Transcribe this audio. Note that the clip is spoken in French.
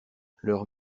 leurs